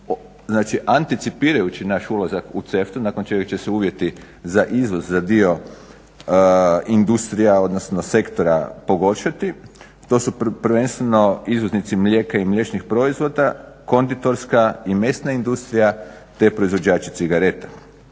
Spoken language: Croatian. znači anticipirajući naš ulazak u CEFTA-u nakon čega će se uvjeti za izvoz za dio industrija, odnosno sektora pogoršati. To su prvenstveno izvoznici mlijeka mliječnih proizvoda, konditorska i mesna industrija te proizvođači cigareta.